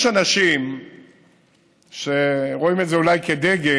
יש אנשים שרואים את זה אולי כדגל,